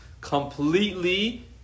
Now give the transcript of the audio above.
completely